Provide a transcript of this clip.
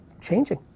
changing